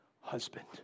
husband